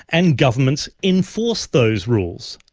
and governments enforce those rules.